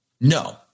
No